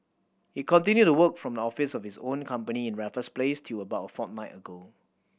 he continued to work from the office of his own company in Raffles Place till about a fortnight ago